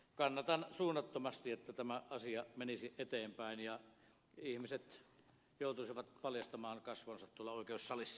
kannatan suunnattomasti sitä että tämä asia menisi eteenpäin ja ihmiset joutuisivat paljastamaan kasvonsa tuolla oikeussalissa